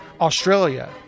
Australia